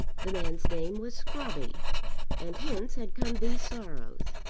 the man's name was scrobby and hence had come these sorrows.